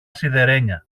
σιδερένια